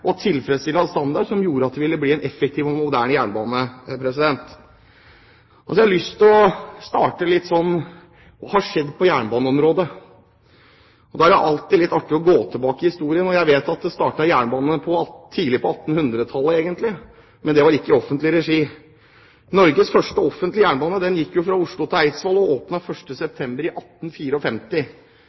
jernbane. Jeg har lyst til å starte med hva som har skjedd på jernbaneområdet. Da er det alltid litt artig å gå tilbake i historien, og jeg vet det ble startet jernbane tidlig på 1800-tallet, egentlig, men det var ikke i offentlig regi. Norges første offentlige jernbane gikk fra Oslo til Eidsvoll og åpnet 1. september 1854. 29 år senere igangsatte Norge et av de største jernbaneprosjektene, nemlig Bergensbanen, som kostet mer enn et statsbudsjett den gang. Norge var den gang definitivt ikke blant de rikeste landene i